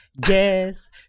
guess